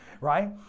right